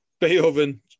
Beethoven